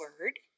word